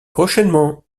prochainement